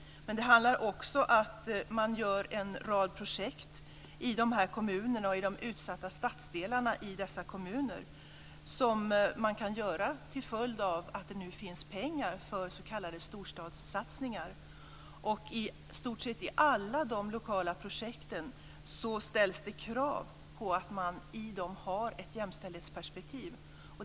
Men det handlar också om att man genomför en rad projekt i de här kommunerna och i de utsatta stadsdelarna i dessa kommuner. Det kan man göra som en följd av att det nu finns pengar för s.k. storstadssatsningar. I stort sett i alla dessa lokala projekt ställs det krav på att man har ett jämställdhetsperspektiv.